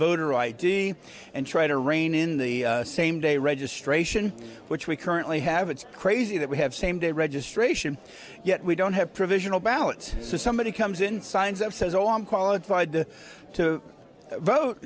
voter id and try to rein in the same day registration which we currently have it's crazy that we have same day registration yet we don't provisional ballots somebody comes in signs of says oh i'm qualified to vote